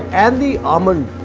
and the almond.